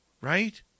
Right